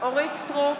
אורית מלכה סטרוק,